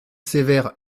sévère